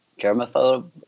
germaphobe